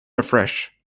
afresh